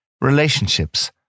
Relationships